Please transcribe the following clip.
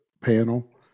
panel